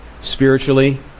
spiritually